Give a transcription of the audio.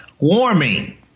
warming